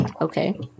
Okay